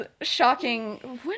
shocking